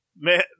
Man